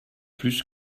plus